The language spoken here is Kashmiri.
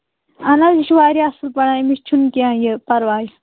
اَہَن حظ یہِ چھُ واریاہ اَصٕل پَران أمِس چھُنہٕ کیٚنٛہہ یہِ پَرواے